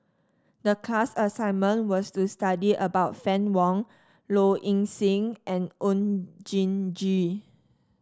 the class assignment was to study about Fann Wong Low Ing Sing and Oon Jin Gee